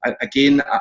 Again